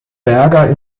berger